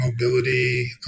mobility